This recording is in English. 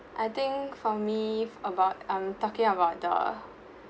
I think for me f~ about I'm talking about the